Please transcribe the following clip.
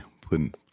putting